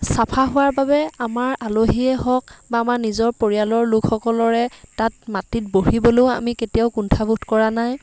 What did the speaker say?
চাফা হোৱাৰ বাবে আমাৰ আলহীয়ে হওক বা আমাৰ নিজৰ পৰিয়ালৰ লোকসকলৰে তাত মাটিত বহিবলৈও আমি কেতিয়াও কুণ্ঠাবোধ কৰা নাই